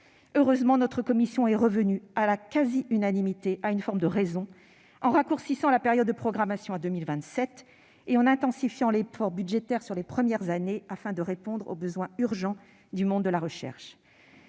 Heureusement, notre commission est revenue, à la quasi-unanimité, à une forme de raison, en raccourcissant la période de programmation, dont le terme est désormais 2027, et en intensifiant l'effort budgétaire sur les premières années afin de répondre aux besoins urgents du monde de la recherche.